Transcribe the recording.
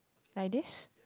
like this